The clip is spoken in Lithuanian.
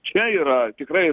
čia yra tikrai